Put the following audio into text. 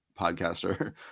podcaster